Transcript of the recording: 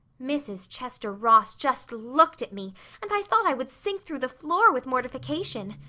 mrs. chester ross just looked at me and i thought i would sink through the floor with mortification.